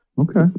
Okay